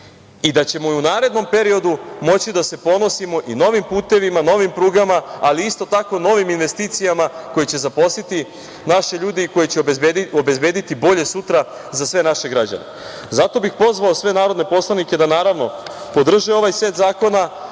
i da ćemo i u narednom periodu moći da se ponosimo i novim putevima, novim prugama, ali isto tako i novim investicijama koji će zaposliti naše ljude i koje će obezbediti bolje sutra za sve naše građane. Zato bih pozvao sve narodne poslanike da, naravno, podrže ovaj set zakona,